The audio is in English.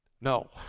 No